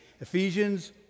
Ephesians